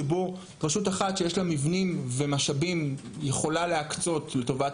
שבו רשות אחת שיש לה מבנים ומשאבים יכולה להקצות לטובת